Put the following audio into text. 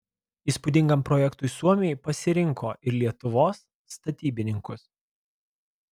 įspūdingam projektui suomiai pasirinko ir lietuvos statybininkus